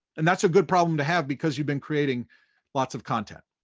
and that's a good problem to have because you've been creating lots of content.